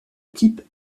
type